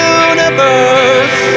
universe